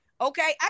okay